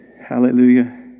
Hallelujah